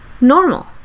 normal